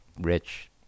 rich